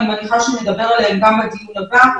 אני מניחה שנדבר עליהם גם בדיון הבא,